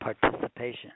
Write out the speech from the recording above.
participation